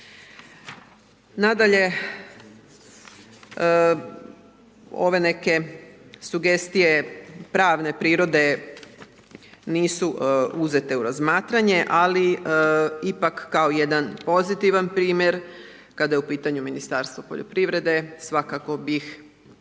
Nadalje, ove neke sugestije pravne prirode nisu uzete u razmatranje, ali ipak kao jedan pozitivan primjer kada je u pitanju Ministarstvo poljoprivrede, svakako bih,